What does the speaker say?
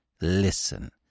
Listen